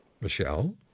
Michelle